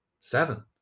seven